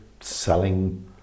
selling